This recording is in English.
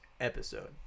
episode